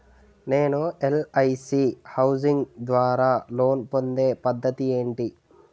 నేను LIC housing ద్వారా loan పొందే పద్ధతి ఏంటి?